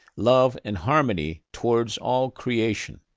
love, and harmony towards all creation.